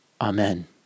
Amen